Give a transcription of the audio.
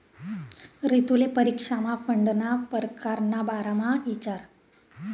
रितुले परीक्षामा फंडना परकार ना बारामा इचारं